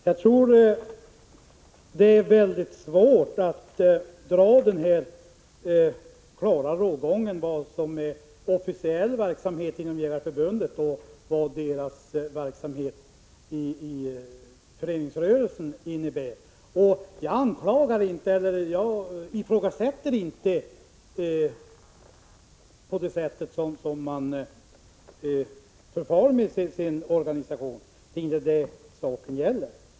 Herr talman! Det är svårt att se någon klar rågång mellan vad som är den officiella verksamheten inom Jägareförbundet och vad dess verksamhet inom föreningsrörelsen innebär. Jag klandrar inte det sätt som man bedriver organisationens verksamhet på — det är inte vad frågan gäller.